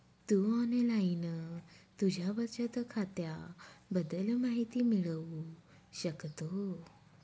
तू online तुझ्या बचत खात्याबद्दल माहिती मिळवू शकतो